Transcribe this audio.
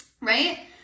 right